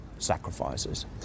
sacrifices